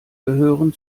gehören